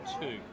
two